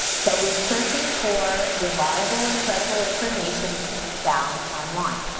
so we're searching for reliable and credible information that can be found online.